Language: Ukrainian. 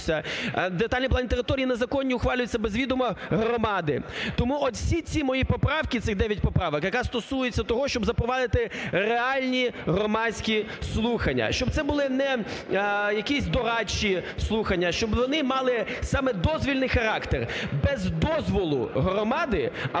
детальні плани територій незаконно ухвалюються без відома громади. Тому от всі ці мої поправки, цих 9 поправок, якраз стосуються того, щоб запровадити реальні громадські слухання. Щоб це були не якісь дорадчі слухання, щоб вони мали саме дозвільний характер. Без дозволу громади або